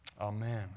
Amen